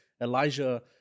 Elijah